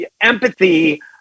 empathy